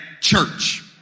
church